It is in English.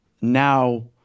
now